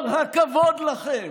כל הכבוד לכם.